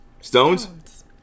Stones